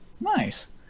Nice